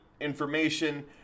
information